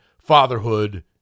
fatherhood